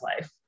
life